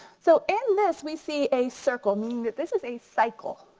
so in this we see a circle, meaning that this is a cycle.